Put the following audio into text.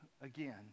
again